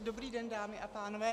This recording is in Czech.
Dobrý den, dámy a pánové.